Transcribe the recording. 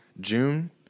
June